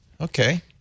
Okay